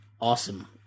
awesome